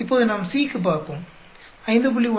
இப்போது நாம் C க்கு பார்ப்போம் 5